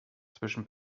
zwischen